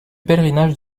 pèlerinage